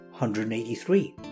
183